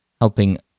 helping